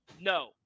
No